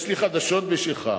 יש לי חדשות בשבילך: